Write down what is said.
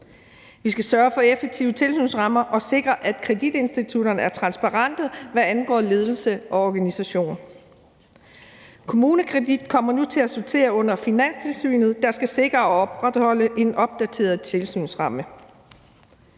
Vi skal sørge for effektive tilsynsrammer og sikre, at kreditinstitutterne er transparente, hvad angår ledelse og organisation. KommuneKredit kommer nu til at sortere under Finanstilsynet, der skal sikre og opretholde en opdateret tilsynsramme.